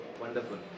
wonderful